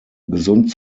gesund